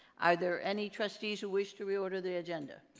are there any trustees who wish to reorder the agenda?